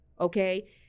okay